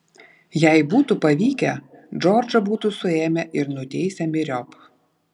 jei būtų pavykę džordžą būtų suėmę ir nuteisę myriop